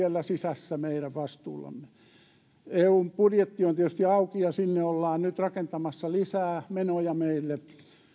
siellä sisässä meidän vastuullamme eun budjetti on tietysti auki ja sinne ollaan nyt rakentamassa lisää menoja meille